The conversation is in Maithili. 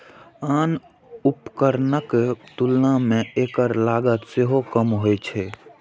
आन उपकरणक तुलना मे एकर लागत सेहो कम होइ छै